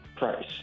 Price